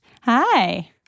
Hi